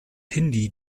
hindi